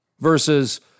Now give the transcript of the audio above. versus